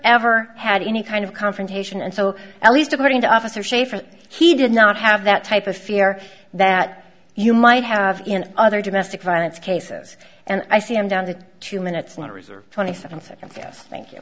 ever had any kind of confrontation and so at least according to officer shaffer he did not have that type of fear that you might have in other domestic violence cases and i see i'm down to two minutes now to reserve twenty seven seconds yes thank you